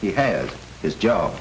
he has his job